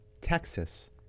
Texas